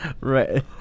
right